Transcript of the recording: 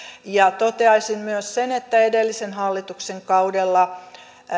toteaisin myös sen että edellisen hallituksen kaudella